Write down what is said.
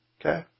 Okay